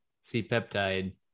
C-peptide